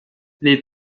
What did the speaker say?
les